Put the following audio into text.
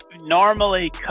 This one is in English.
normally